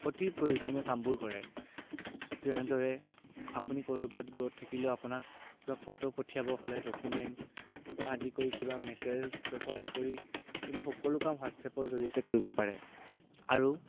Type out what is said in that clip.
অতি প্ৰয়োজনীয় কামবোৰ কৰে যেনেদৰে আপুনি ক'ৰবাত দূৰত থাকিলেও আপোনাক কিবা ফটো পঠিয়াব হ'লে ডকুমেণ্টৰ পৰা আদি কৰি কিবা মেছেজৰ পৰা আদি কৰি এইবোৰ সকলো কাম হোৱাটছআপৰ জৰিয়তে কৰিব পাৰে আৰু